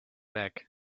back